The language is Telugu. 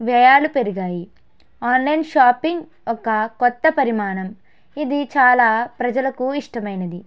వ్యయాలు పెరిగాయి ఆన్లైన్ షాపింగ్ ఒక కొత్త పరిమాణం ఇది చాలా ప్రజలకు ఇష్టమైనది